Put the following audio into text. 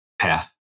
path